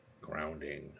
grounding